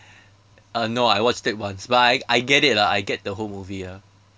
uh no I watched it once but I I I get it lah I get the whole movie ah